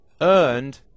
earned